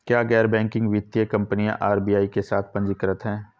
क्या गैर बैंकिंग वित्तीय कंपनियां आर.बी.आई के साथ पंजीकृत हैं?